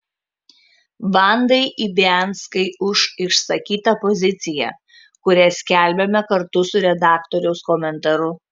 vandai ibianskai už išsakytą poziciją kurią skelbiame kartu su redaktoriaus komentaru